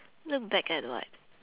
look back at what